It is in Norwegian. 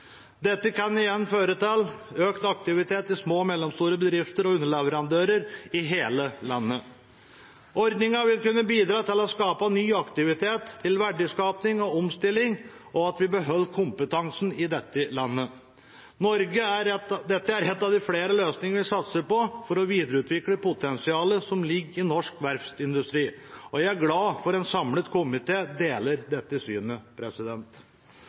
Dette kan igjen føre til økt aktivitet i små og mellomstore bedrifter og hos underleverandører i hele landet. Ordningen vil kunne bidra til å skape ny aktivitet, til verdiskaping og omstilling, og til at vi beholder kompetansen i dette landet. Dette er en av flere løsninger vi satser på for å videreutvikle potensialet som ligger i norsk verftsindustri, og jeg er glad for at en samlet komité deler dette synet.